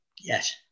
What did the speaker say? yes